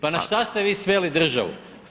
Pa na šta ste vi sveli državu?